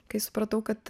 kai supratau kad